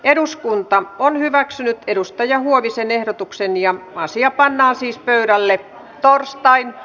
eduskunta on hyväksynyt edustaja huovisenehdotuksen ja asiat pannaan siis pöydälle torstai